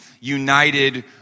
united